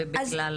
בדיוק.